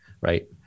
right